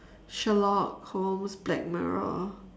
Sherlock Holmes black mirror